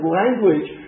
language